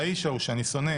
והאיש ההוא שאני שונא